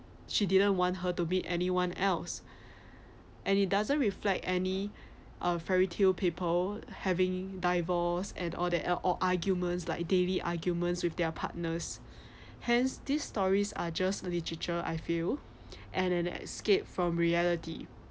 she didn't want her to be anyone else and it doesn't reflect any uh fairy tale people having divorce and all that uh or arguments like daily arguments with their partners hence these stories are just literature I feel and an escape from reality